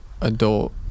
adult